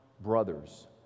brothers